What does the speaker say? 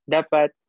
Dapat